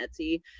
Etsy